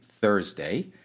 Thursday